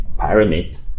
pyramid